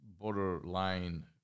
borderline